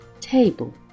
Table